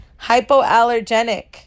hypoallergenic